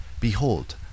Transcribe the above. behold